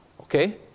Okay